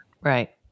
Right